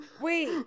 Wait